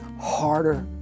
harder